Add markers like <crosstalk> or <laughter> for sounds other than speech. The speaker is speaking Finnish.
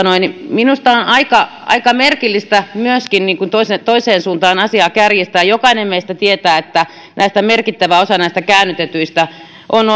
minusta on aika aika merkillistä myöskin toiseen toiseen suuntaan asiaa kärjistää jokainen meistä tietää että merkittävä osa näistä käännytetyistä on <unintelligible>